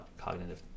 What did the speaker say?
cognitive